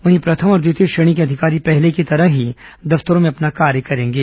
वहीं प्रथम और द्वितीय श्रेणी के अधिकारी पहले की तरह ही दफ्तरों में अपना कार्य करेंगे